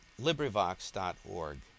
LibriVox.org